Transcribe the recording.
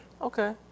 Okay